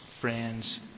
friends